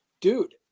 dude